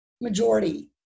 majority